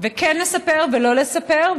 וכן לספר, ולא לספר.